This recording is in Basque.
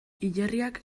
hilerriak